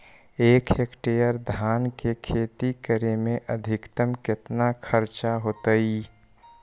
एक हेक्टेयर धान के खेती करे में अधिकतम केतना खर्चा होतइ?